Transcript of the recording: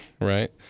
right